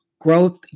growth